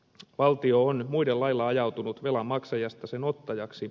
valtio on muiden lailla ajautunut velan maksajasta sen ottajaksi